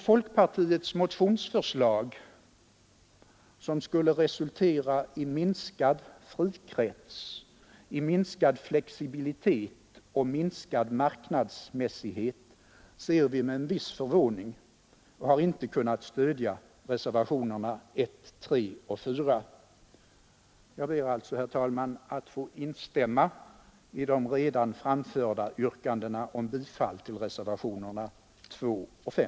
Folkpartiets motionsförslag, som skulle resultera i minskad frikrets, minskad flexibilitet och minskad marknadsmässighet, ser vi med en viss förvåning och har inte kunnat stödja reservationerna 1, 3 och 4. Jag ber alltså, herr talman, att få instämma i de redan framförda yrkandena om bifall till reservationerna 2 och 5.